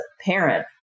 parent